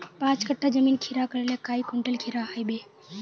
पाँच कट्ठा जमीन खीरा करले काई कुंटल खीरा हाँ बई?